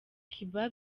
cuba